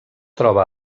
troba